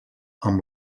amb